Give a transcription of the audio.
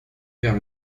vers